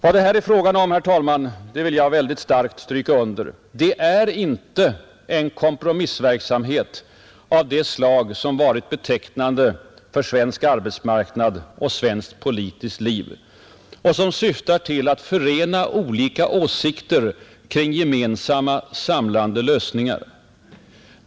Vad det här är fråga om, herr talman, — det vill jag starkt understryka — är inte en kompromissverksamhet av det slag som varit betecknande för svensk arbetsmarknad och svenskt politiskt liv och som syftar till att förena olika åsikter kring gemensamma samlande lösningar.